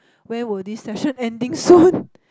where will this session ending soon